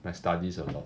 my studies a lot